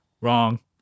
Wrong